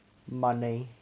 money